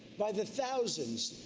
by the thousands.